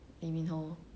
lee min ho